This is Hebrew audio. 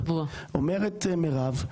אומרת מירב,